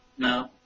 No